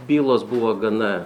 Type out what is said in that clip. bylos buvo gana